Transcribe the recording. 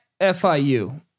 FIU